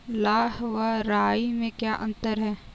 लाह व राई में क्या अंतर है?